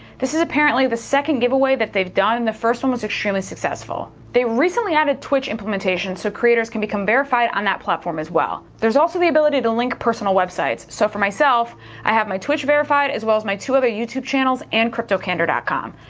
this is apparently the second giveaway that they've done, in the first one was extremely successful. they recently added twitch implementation so creators can become verified verified on that platform as well. there's also the ability to link personal websites. so for myself i have my twitch verified as well as my two of the youtube channels and cryptocandor ah com,